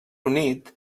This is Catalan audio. unit